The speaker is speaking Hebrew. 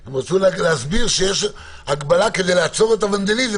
הם רצו להסביר שיש הגבלה כדי לעצור את הוונדליזם.